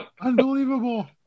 Unbelievable